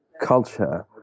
culture